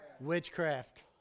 Witchcraft